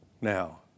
Now